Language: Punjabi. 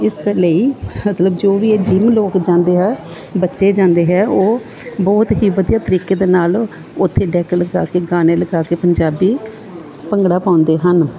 ਇਸ ਤ ਲਈ ਮਤਲਬ ਜੋ ਵੀ ਜਿਹਨੂੰ ਲੋਕ ਜਾਂਦੇ ਆ ਬੱਚੇ ਜਾਂਦੇ ਹੈ ਉਹ ਬਹੁਤ ਹੀ ਵਧੀਆ ਤਰੀਕੇ ਦੇ ਨਾਲ ਉੱਥੇ ਡੈਕ ਲਗਾ ਕੇ ਗਾਣੇ ਲਗਾ ਕੇ ਪੰਜਾਬੀ ਭੰਗੜਾ ਪਾਉਂਦੇ ਹਨ